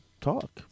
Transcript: talk